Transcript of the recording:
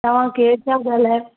तव्हां केर था ॻाल्हायो